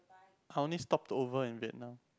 I only stopped over in Vietnam